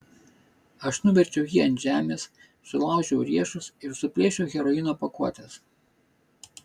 aš nuverčiau jį ant žemės sulaužiau riešus ir suplėšiau heroino pakuotes